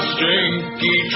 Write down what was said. Stinky